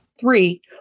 Three